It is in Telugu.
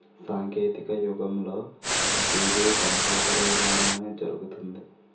సాంకేతిక యుగంలో పతీది కంపూటరు ద్వారానే జరుగుతుంది